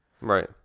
right